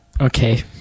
Okay